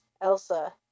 Elsa